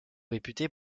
réputée